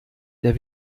der